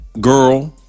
girl